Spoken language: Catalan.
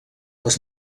les